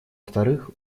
вторых